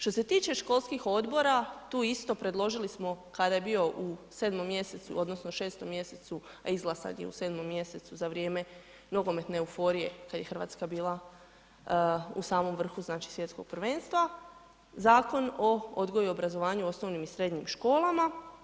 Što se tiče školskih odbora tu isto predložili smo kada je bio u 7 mjesecu odnosno 6 mjesecu, a izglasan je u 7 mjesecu za vrijeme nogometne euforije kad je RH bila u samom vrhu znači svjetskog prvenstva, Zakon o odgoju i obrazovanju u osnovnim i srednjim školama.